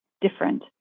different